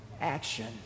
action